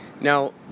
Now